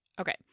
Okay